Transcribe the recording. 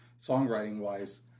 songwriting-wise